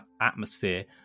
atmosphere